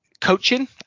coaching